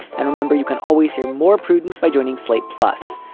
and remember, you can always hear more prudence by joining slate. plus,